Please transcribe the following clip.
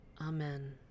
Amen